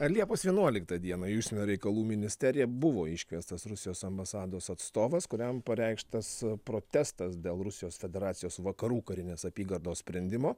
ar liepos vienuoliktą dieną į užsienio reikalų ministeriją buvo iškviestas rusijos ambasados atstovas kuriam pareikštas protestas dėl rusijos federacijos vakarų karinės apygardos sprendimo